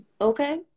Okay